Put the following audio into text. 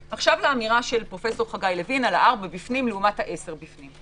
לאמירה של פרופ' חגי לוין על ארבעה בפנים לעומת עשרה בפנים.